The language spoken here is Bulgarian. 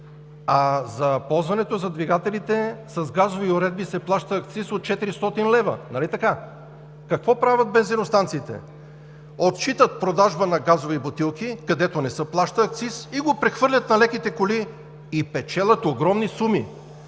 а за ползването за двигателите с газови уредби се плаща акциз от 400 лв. – нали така? Какво правят бензиностанциите? Отчитат продажба на газови бутилки, където не се плаща акциз и го прехвърлят на леките коли, и печелят огромни суми.